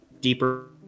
deeper